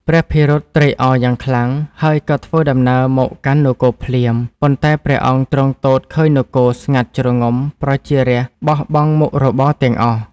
ព្រះភិរុតត្រេកអរយ៉ាងខ្លាំង ហើយក៏ធ្វើដំណើរមកកាន់នគរភ្លាម ប៉ុន្តែព្រះអង្គទ្រង់ទតឃើញនគរ ស្ងាត់ជ្រងំប្រជារាស្ត្រ បោះបង់មុខរបរទាំងអស់។